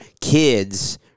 kids